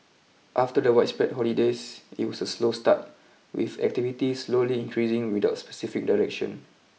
after the widespread holidays it was a slow start with activity slowly increasing without specific direction